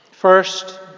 First